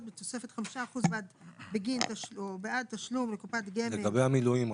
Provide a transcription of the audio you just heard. בתוספת 5% בגין תשלום" או "בעד תשלום לקופת גמל --- לגבי המילואים,